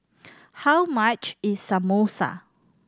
how much is Samosa